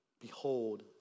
behold